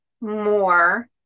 more